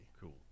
Cool